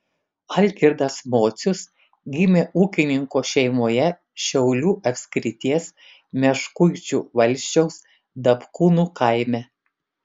algirdas mocius gimė ūkininko šeimoje šiaulių apskrities meškuičių valsčiaus dapkūnų kaime